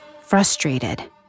Frustrated